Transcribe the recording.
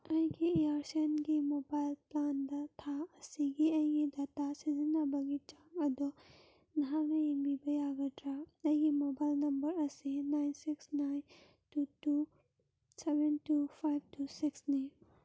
ꯑꯩꯒꯤ ꯏꯌꯥꯔꯁꯦꯜꯒꯤ ꯃꯣꯕꯥꯏꯜ ꯄ꯭ꯂꯥꯟꯗ ꯊꯥ ꯑꯁꯤꯒꯤ ꯑꯩꯒꯤ ꯗꯇꯥ ꯁꯤꯖꯤꯟꯅꯕꯒꯤ ꯆꯥꯡ ꯑꯗꯨ ꯅꯍꯥꯛꯅ ꯌꯦꯡꯕꯤꯕ ꯌꯥꯒꯗ꯭ꯔꯥ ꯑꯩꯒꯤ ꯃꯣꯕꯥꯏꯜ ꯅꯝꯕꯔ ꯑꯁꯤ nine six nine two two seven two five two ꯁꯤꯛꯁꯅꯤ